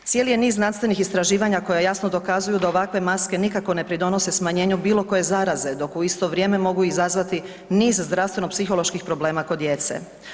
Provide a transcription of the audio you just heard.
Cijeli je niz znanstvenih istraživanja koja jasno dokazuju da ovakve maske nikako ne pridonose smanjenju bilo koje zaraze dok u isto vrijeme mogu izazvati niz zdravstveno-psiholoških problema kod djece.